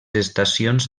estacions